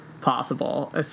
possible